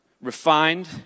refined